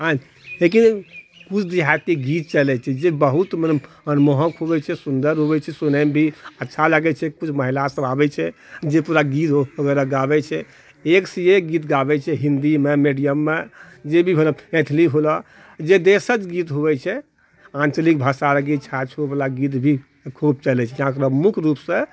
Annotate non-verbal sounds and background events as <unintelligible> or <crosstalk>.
हँ लेकिन कुछ देहाती गीत चलै छै जे बहुत मनमोहक होइ छै बहुत सुनैमे भी अच्छा लागै छै महिला सब आबै छै जे पूरा गीत वगैरह गाबै छै एक सँ एक गीत गाबै छै हिन्दीमे मीडियममे जे भी होलो मैथिली होलो जे देशक गीत हुवै छै आँचलिक भाषाके गीत छा छू वला गीत भी खूब चलै छै <unintelligible> मुख्य रूपसँ